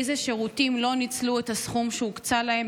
3. אילו שירותים לא ניצלו את הסכום שהוקצה להם,